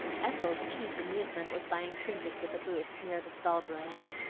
ethel's chief amusement was buying trinkets at the booths near the stahlbrunnen.